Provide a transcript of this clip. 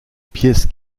pièce